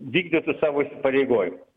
vykdytų savo įsipareigojimus